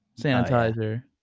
sanitizer